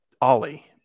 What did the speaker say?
Ollie